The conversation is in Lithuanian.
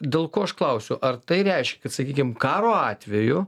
dėl ko aš klausiu ar tai reiškia kad sakykim karo atveju